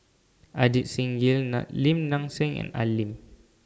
Ajit Singh Gill Lim Nang Seng and Al Lim